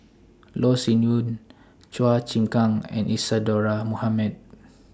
Loh Sin Yun Chua Chim Kang and Isadhora Mohamed